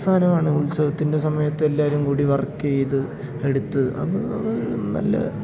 സാധനമാണ് ഉത്സവത്തിൻ്റെ സമയത്ത് എല്ലാവരും കൂടി വർക്കു ചെയ്ത് എടുത്ത് അത് അതു നല്ല